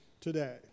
today